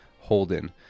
Holden